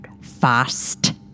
fast